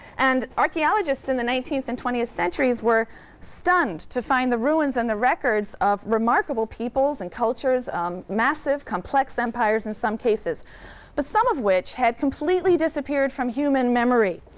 and archaeologists in the nineteenth and twentieth centuries were stunned to find the ruins and the records of remarkable peoples and cultures um massive, complex empires in some cases but some of which had completely disappeared from human memory.